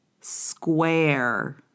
Square